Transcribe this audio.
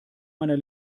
meiner